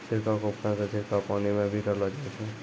छिड़काव क उपकरण सें छिड़काव पानी म भी करलो जाय छै